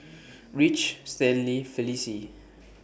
Ridge Stanley Felicie